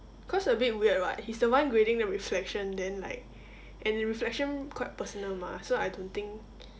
cause a bit weird [what] he's the one grading the reflection then like and reflection quite personal mah so I don't think